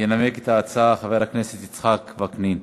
ינמק את ההצעה חבר הכנסת יצחק וקנין.